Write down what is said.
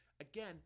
again